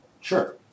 Sure